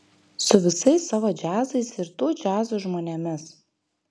su visais savo džiazais ir tų džiazų žmonėmis